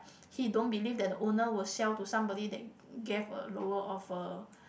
he don't believe that the owner will sell to somebody that gave a lower offer